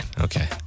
Okay